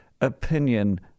opinion